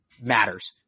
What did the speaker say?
matters